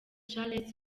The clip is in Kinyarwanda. charles